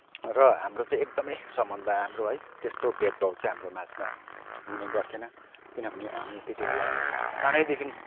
र हाम्रो चाहिँ एकदमै सम्बन्ध राम्रो है त्यस्तो भेदभाव चाहिँ हाम्रो माझमा हुने गर्थेन किनभने हामी त्यति बेला सानैदेखिन्